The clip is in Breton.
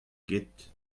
get